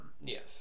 yes